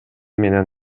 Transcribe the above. менен